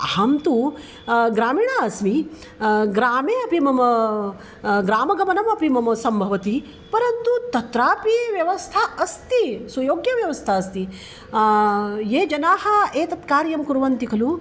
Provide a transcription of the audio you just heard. अहं तु ग्रामीणा अस्मि ग्रामे अपि मम ग्रामगमनमपि मम सम्भवति परन्तु तत्रापि व्यवस्था अस्ति सुयोग्यव्यवस्था अस्ति ये जनाः एतत् कार्यं कुर्वन्ति खलु